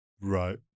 Right